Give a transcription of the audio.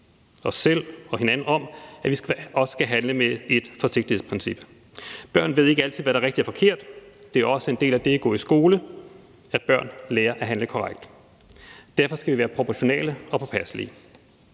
os selv og hinanden om, at vi også skal handle med et forsigtighedsprincip. Børn ved ikke altid, hvad der er rigtigt og forkert. Det er også en del af det at gå i skole, at børn lærer at handle korrekt. Derfor skal vi være proportionale og påpasselige.